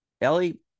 Ellie